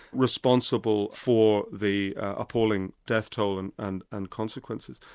responsible for the appalling death toll and and and consequences.